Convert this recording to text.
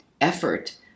effort